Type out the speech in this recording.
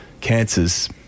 cancers